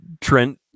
Trent